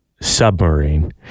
submarine